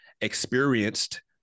experienced